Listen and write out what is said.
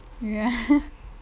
ya